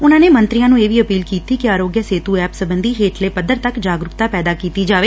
ਉਨਾਂ ਨੇ ਮੰਤਰੀਆਂ ਨੰ ਇਹ ਵੀ ਅਪੀਲ ਕੀਤੀ ਕਿ ਅਰੋਗਿਆ ਸੇਤੁ ਐਪ ਸਬੰਧੀ ਹੇਠਲੇ ਪੱਧਰ ਤੱਕ ਜਾਗਰੁਕਤਾ ਪੈਦਾ ਕੀਤੀ ਜਾਵੇ